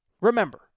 Remember